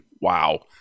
wow